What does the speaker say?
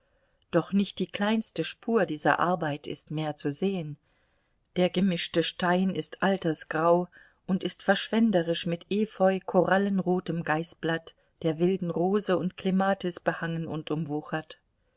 doch nicht die kleinste spur dieser arbeit ist mehr zu sehen der gemischte stein ist altersgrau und ist verschwenderisch mit efeu korallenrotem geisblatt der wilden rose und klematis behangen und umwuchert